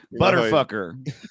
Butterfucker